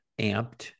amped